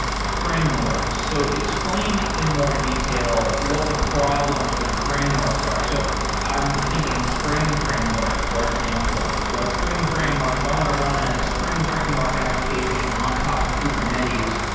framework. so explain in more detail what the problems with frameworks are. so i'm thinking spring framework, for example. like spring framework, if i want to run a spring framework application on top of kubernetes,